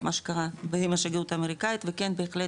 מה שקרה עם השגרירות האמריקאית וכן בהחלט,